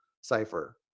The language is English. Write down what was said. cipher